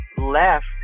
left